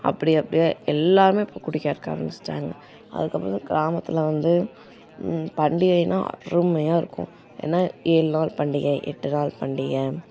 அப்படி அப்படியே எல்லோருமே இப்போ குடிக்கறதுக்கு ஆரம்மிச்சிட்டாங்க அதுக்கப்புறந்தான் கிராமத்தில் வந்து பண்டிகைன்னால் அருமையாக இருக்கும் ஏன்னால் ஏழு நாள் பண்டிகை எட்டு நாள் பண்டிகை